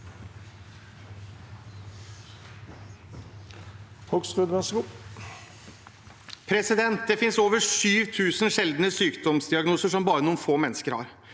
Det finnes over 7 000 sjeldne sykdomsdiagnoser som bare noen få mennesker har.